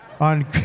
on